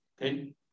Okay